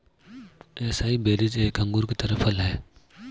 acai berries एक अंगूर की तरह फल हैं